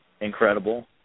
incredible